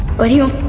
what do you